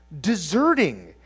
deserting